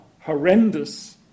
horrendous